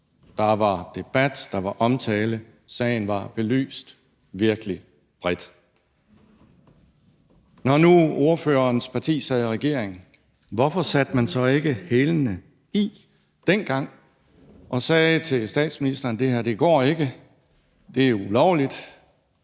der var debat, der var omtale, og sagen var belyst virkelig bredt. Når nu ordførerens parti sad i regering, hvorfor satte man så ikke hælene i dengang og sagde til statsministeren: Det her går ikke; det er ulovligt,